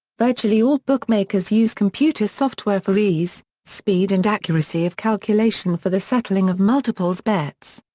virtually all bookmakers use computer software for ease, speed and accuracy of calculation for the settling of multiples bets.